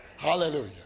Hallelujah